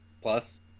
plus